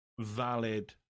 valid